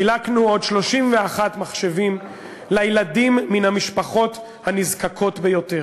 חילקנו עוד 31 מחשבים לילדים מן המשפחות הנזקקות ביותר.